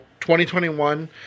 2021